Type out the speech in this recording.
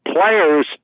players